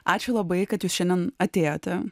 ačiū labai kad jūs šiandien atėjote